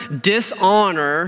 dishonor